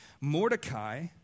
Mordecai